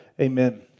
Amen